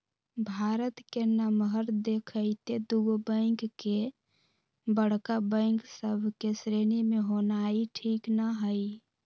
भारत के नमहर देखइते दुगो बैंक के बड़का बैंक सभ के श्रेणी में होनाइ ठीक न हइ